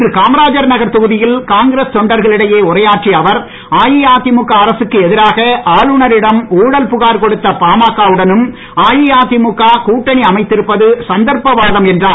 இன்று காமராஜர் நகர் தொகுதியில் காங்கிரஸ் தொண்டர்களிடையே உரையாற்றிய அவர் அஇஅதிமுக அரசுக்கு எதிராக ஆளுநரிடம் ஊழல் புகார் கொடுத்த பாமக உடனும் அஇஅதிமுக கூட்டணி அமைத்திருப்பது சந்தர்ப்பவாதம் என்றார்